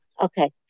Okay